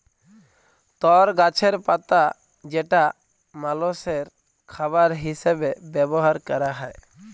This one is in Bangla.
তর গাছের পাতা যেটা মালষের খাবার হিসেবে ব্যবহার ক্যরা হ্যয়